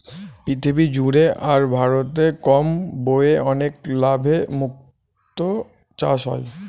পৃথিবী জুড়ে আর ভারতে কম ব্যয়ে অনেক লাভে মুক্তো চাষ হয়